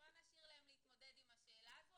בוא נשאיר להם להתמודד עם השאלה הזו,